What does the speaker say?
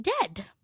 dead